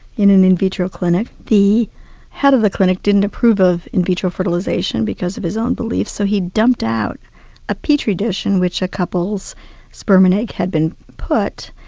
in an in vitro clinic, the head of the clinic didn't approve of in vitro fertilisation because of his own beliefs, so he dumped out a petrie dish in which a couple's sperm and egg had been put,